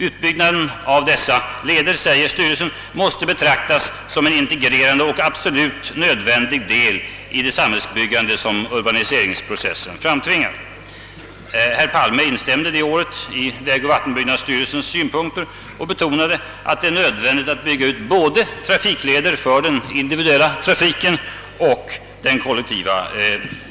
Utbyggnaden av dessa leder, säger styrelsen, måste betraktas som en integrerande och absolut nödvändig del i det samhällsbyggande som urbaniseringsprocessen framtvingar. Herr Palme instämde det året i vägoch vattenbyggnadsstyrelsens synpunkter och betonade att det var nödvändigt att bygga ut både trafikleder för den individuella trafiken och det kollektiva